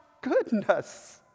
goodness